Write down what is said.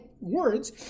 words